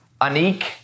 Anik